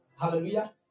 Hallelujah